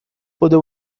بدو